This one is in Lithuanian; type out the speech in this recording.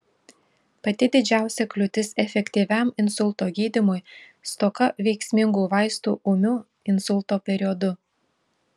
pati didžiausia kliūtis efektyviam insulto gydymui stoka veiksmingų vaistų ūmiu insulto periodu